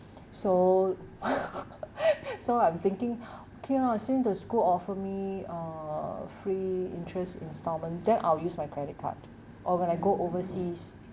so so I'm thinking okay lah since the school offer me uh free interest instalment then I'll use my credit card or when I go overseas